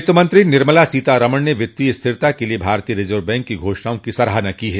वित्त मंत्री निर्मला सीतारमन ने वित्तीय स्थिरता के लिए भारतीय रिजर्व बैंक की घोषणाओं की सराहना की है